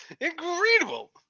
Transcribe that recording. Incredible